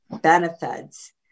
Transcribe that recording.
benefits